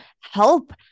help